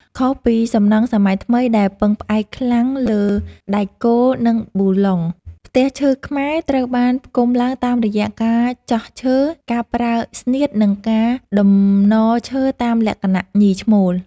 ខុសពីសំណង់សម័យថ្មីដែលពឹងផ្អែកខ្លាំងលើដែកគោល និងប៊ូឡុង ផ្ទះឈើខ្មែរត្រូវបានផ្គុំឡើងតាមរយៈការចោះឈើ ការប្រើស្នៀត និងការតំណឈើតាមលក្ខណៈ ញី-ឈ្មោល ។